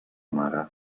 mare